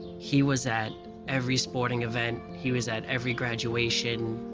he was at every sporting event. he was at every graduation,